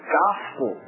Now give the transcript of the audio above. gospel